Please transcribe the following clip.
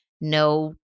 no